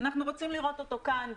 אנחנו רוצים לראות אותו כאן.